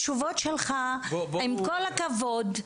עם כל הכבוד,